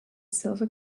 silver